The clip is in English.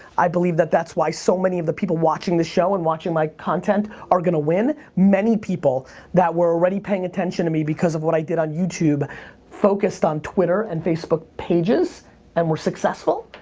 i believe that that's why so many of the people watching this show and watching my content are gonna win. many people that were already paying attention to me because of what i did on youtube focused on twitter and facebook pages and were successful.